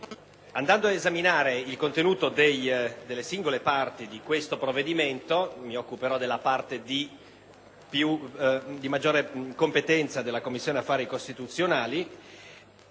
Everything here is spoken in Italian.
quanto riguarda il contenuto delle singole parti di questo provvedimento - mi occuperò qui della parte di maggiore competenza della Commissione affari costituzionali